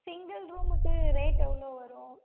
single ரூமுக்கு rate எவ்வளோ வரும்